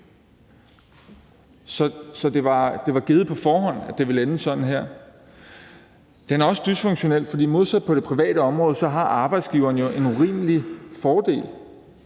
Så det var givet på forhånd, at det ville ende sådan her. Modellen er også dysfunktionel, fordi – modsat på det private område – arbejdsgiverne jo har en urimelig fordel.